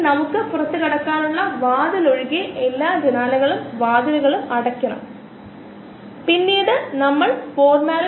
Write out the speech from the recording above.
ഗണിതശാസ്ത്രപരമായി ഇതിനെ പ്രതിനിധീകരിക്കുന്നതിനുള്ള ഒരു മാർഗമുണ്ട് ഇതൊരു ചതുരാകൃതിയിലുള്ള ഹൈപ്പർബോളയാണ് അതിനാൽ ചതുരാകൃതിയിലുള്ള ഹൈപ്പർബോള സമവാക്യം ഇത് ഉചിതമായി വിവരിക്കും ഇത് നമ്മൾ എടുക്കുന്ന സമവാക്യമാണ്